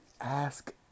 ask